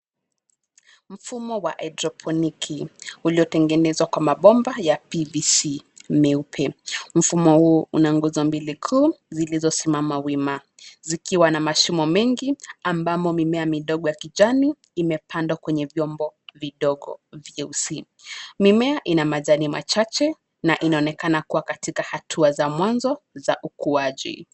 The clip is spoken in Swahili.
Mfumo wa haidroponiki uliotenegenezwa kwa mabomba ya PVC meupe. Mfumo huu una nguzo mbili kuu zilizosimama wima zikiwa na mashimo mengi, ambamo mimea midogo ya kijani imepandwa kwenye vyombo vidogo vyeusi. Mimea ina majani machache na inaonekana kuwa katika hatua za mwanzo za ukuaji.